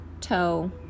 toe